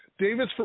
Davis